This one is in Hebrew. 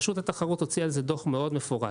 רשות התחרות הוציאה על זה דוח מאוד מפורט.